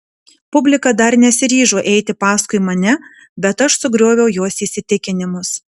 publika dar nesiryžo eiti paskui mane bet aš sugrioviau jos įsitikinimus